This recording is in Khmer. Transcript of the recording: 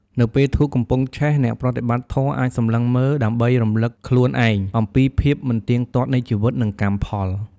នៅពេលធូបកំពុងឆេះ អ្នកប្រតិបត្តិធម៌អាចសម្លឹងមើលដើម្បីរំលឹកខ្លួនឯងអំពីភាពមិនទៀងទាត់នៃជីវិត និងកម្មផល។